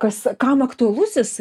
kas kam aktualus jisai